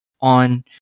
on